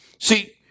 See